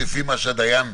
לפי מה שהדיין,